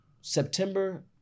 September